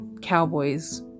Cowboys